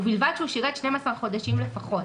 ובלבד שהוא שירת 12 חודשים לפחות.